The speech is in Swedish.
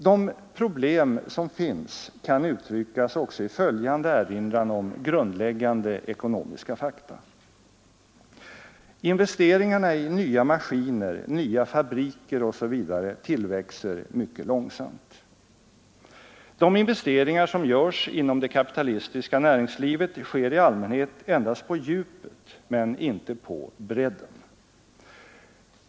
De problem som finns kan uttryckas också i följande erinran om grundläggande ekonomiska fakta. Investeringarna i nya maskiner, nya fabriker osv. tillväxer mycket långsamt. De investeringar som görs inom det kapitalistiska näringslivet sker i allmänhet endast på djupet, men inte på bredden.